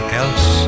else